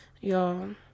Y'all